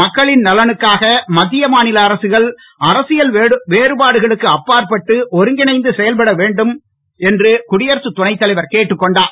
மக்களின் நலனுக்காக மத்திய மா நில அரசுகள் அரசியல் வேறுபாடுகளுக்கு அப்பாற்பட்டு ஒருங்கிணைந்து செயல்பட வேண்டும என்றும் குடியரசு துணைத் தலைவர் கேட்டுக் கொண்டார்